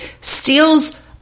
steals